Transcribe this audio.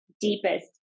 deepest